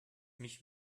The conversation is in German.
mich